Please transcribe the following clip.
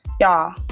Y'all